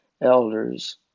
elders